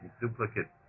duplicate